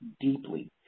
deeply